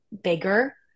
bigger